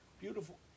Beautiful